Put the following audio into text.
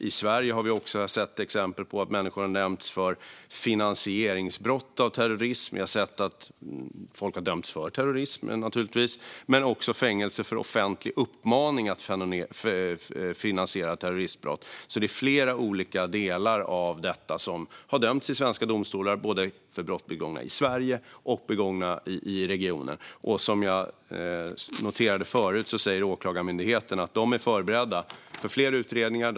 I Sverige har vi också sett exempel på att människor har dömts för finansiering av terrorism och - naturligtvis - för terrorism samt att människor har dömts till fängelse för offentlig uppmaning till att finansiera terroristbrott. Det är alltså flera olika delar av detta som personer har dömts för i svenska domstolar, både när det gäller brott begångna i Sverige och när det gäller brott begångna i regionen. Som jag noterade förut säger Åklagarmyndigheten att de är förberedda på fler utredningar.